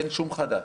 אין שום חדש.